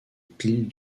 piles